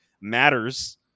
matters